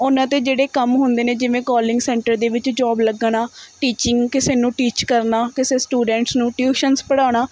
ਉਹਨਾਂ ਦੇ ਜਿਹੜੇ ਕੰਮ ਹੁੰਦੇ ਨੇ ਜਿਵੇਂ ਕੋਲਿੰਗ ਸੈਂਟਰ ਦੇ ਵਿੱਚ ਜੋਬ ਲੱਗਣਾ ਟੀਚਿੰਗ ਕਿਸੇ ਨੂੰ ਟੀਚ ਕਰਨਾ ਕਿਸੇ ਸਟੂਡੈਂਟਸ ਨੂੰ ਟਿਊਸ਼ਨਸ ਪੜ੍ਹਾਉਣਾ